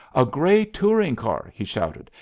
a gray touring-car, he shouted.